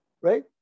right